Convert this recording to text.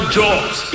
jobs